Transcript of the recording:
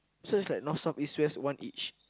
so it's like North South East West one each